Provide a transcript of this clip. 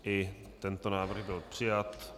I tento návrh byl přijat.